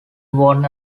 won